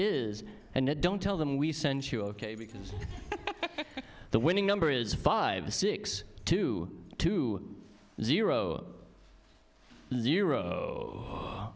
is and don't tell them we sent you ok because the winning number is five six two two zero zero